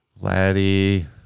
Laddie